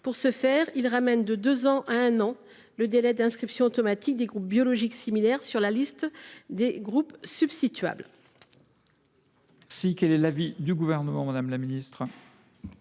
Pour ce faire, il est proposé de ramener de deux ans à un an le délai d’inscription automatique des groupes biologiques similaires sur la liste des groupes substituables.